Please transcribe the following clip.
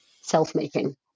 self-making